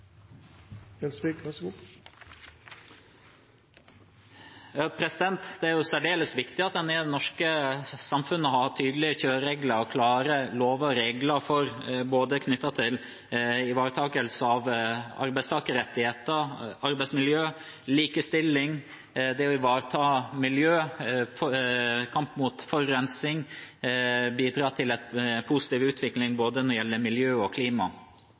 særdeles viktig at det norske samfunnet har tydelige kjøreregler og klare lover og regler knyttet til ivaretakelse av både arbeidstakerrettigheter, arbeidsmiljø og likestilling, til det å ivareta miljø, til kampen mot forurensning og til det å bidra til en positiv utvikling når det gjelder både miljø og klima.